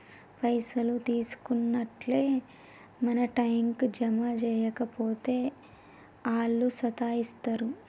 పైసలు తీసుకున్నట్లే మళ్ల టైంకు జమ జేయక పోతే ఆళ్లు సతాయిస్తరు